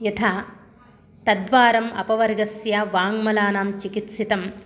यथा तद्द्वारं अपवर्गस्य वाङ्मलानां चिकित्सितम्